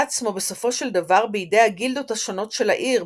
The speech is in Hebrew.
עצמו בסופו של דבר בידי הגילדות השונות של העיר,